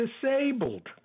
disabled